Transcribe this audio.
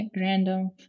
random